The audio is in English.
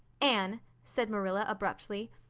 anne, said marilla abruptly,